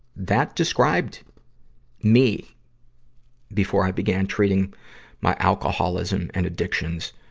that described me before i began treating my alcoholism and addictions,